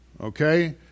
Okay